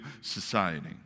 society